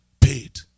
Paid